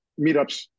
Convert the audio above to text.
meetups